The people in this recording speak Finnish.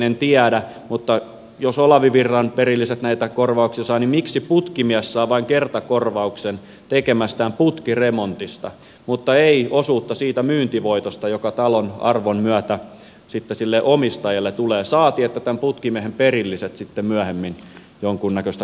en tiedä mutta jos olavi virran perilliset näitä korvauksia saavat niin miksi putkimies saa vain kertakorvauksen tekemästään putkiremontista mutta ei osuutta siitä myyntivoitosta joka talon arvon myötä sitten sille omistajalle tulee saati että tämän putkimiehen perilliset sitten myöhemmin jonkunnäköistä